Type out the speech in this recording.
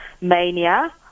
mania